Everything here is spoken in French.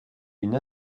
une